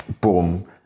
boom